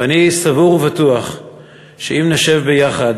ואני סבור ובטוח שאם נשב ביחד,